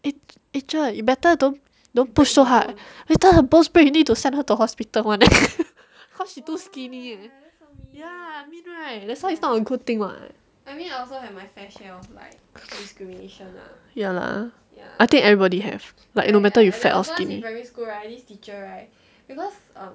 eh eh cher you better don't don't push so hard later her bones break you need to send her to hospital [one] eh cause she too skinny ya mean right that's why it's not a good thing what ya lah I think everybody have like no matter you fat or skinny